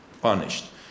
punished